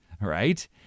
Right